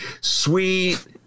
Sweet